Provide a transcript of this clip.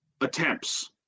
attempts